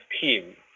team